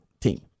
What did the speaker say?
team